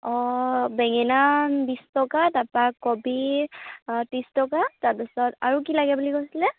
অঁ বেঙেনা বিছ টকা তাৰপৰা কবি ত্ৰিছ টকা তাৰপাছত আৰু কি লাগে বুলি কৈছিলে